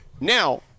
Now